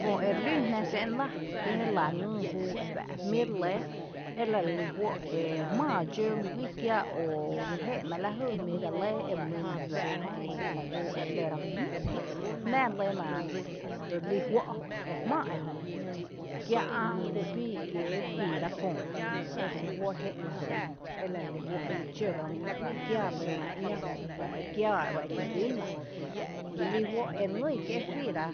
Köö ere lún jnⱥ xé’n lⱥ kié je lⱥ ngyy júu ejuⱥ’ jmí’ re lɇ ela re lí juó’ ere jmⱥⱥ dxǿ mý guíi kiáa o re jé’ná jmí’ gá lɇ lajy emy ngína re juⱥⱥ ra jö kö kö júu erelǿ ra jú jmíi jná lyna relí juó’ re jmⱥⱥ ejö kia’ jubii kiee’ juiira köö erelí juó’ ere jé’n lajy ejö ela relí juó’ ere dxǿ ga mý guíi kiaa lyna ‘ñⱥⱥ köö ekiaa ‘ñⱥⱥ bá eki lún la relí juó’ ere ngin kié’ juiira